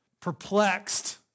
Perplexed